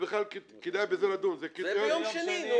כדאי לדון בזה --- זה ביום שני.